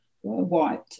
white